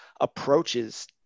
approaches